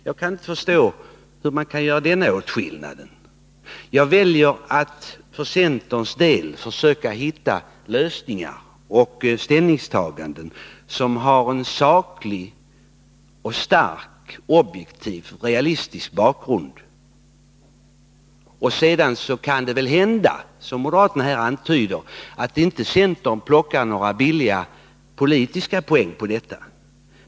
Jag kan inte förstå hur man kan göra en sådan åtskillnad. Centern väljer att försöka hitta lösningar och ställningstaganden som har en saklig, objektiv och realistisk bakgrund. Sedan kan det väl hända, som moderaterna antyder, att centern inte plockar några billiga poäng på detta.